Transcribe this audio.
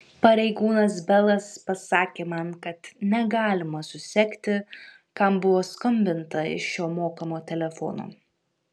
pareigūnas belas pasakė man kad negalima susekti kam buvo skambinta iš šio mokamo telefono